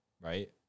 right